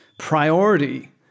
priority